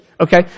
okay